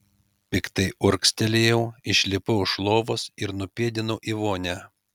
piktai urgztelėjau išlipau iš lovos ir nupėdinau į vonią